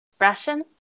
Russian